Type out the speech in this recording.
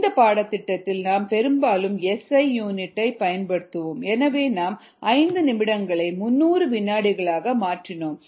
இந்த பாடத்திட்டத்தில் நாம் பெரும்பாலும் எஸ் ஐ யூனிட்டைப் பயன்படுத்துவோம் எனவே நாம் 5 நிமிடங்களை 300 வினாடிகளாக மாற்றினோம்